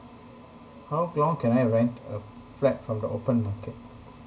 how how can I rent a flat from the open market